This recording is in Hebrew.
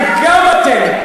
וגם אתם,